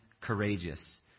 courageous